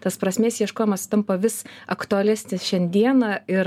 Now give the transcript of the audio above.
tas prasmės ieškojimas tampa vis aktualesnis šiandieną ir